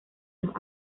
los